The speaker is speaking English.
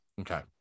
Okay